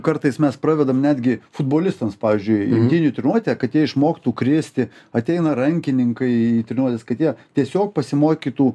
kartais mes pravedam netgi futbolistam pavyzdžiui imtynių treniruote kad jie išmoktų kristi ateina rankininkai į treniruotes kad jie tiesiog pasimokytų